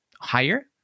higher